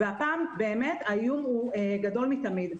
והפעם באמת האיום גדול מתמיד.